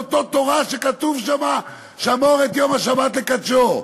מאותה תורה שכתוב בה "שמור את יום השבת לקדשו".